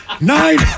Nine